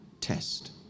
test